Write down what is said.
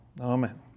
Amen